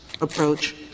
approach